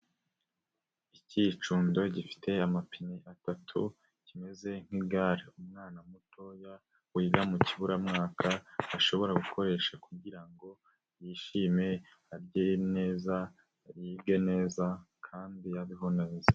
Ikicundo gifite amapine atatu kimeze nk'igare, umwana mutoya wiga mu kiburamwaka ashobora gukoresha kugirango ngo yishime, arye neza, yige neza kandi abeho neza.